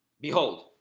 behold